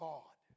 God